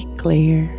clear